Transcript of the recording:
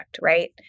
right